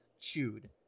chewed